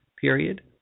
period